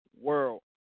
world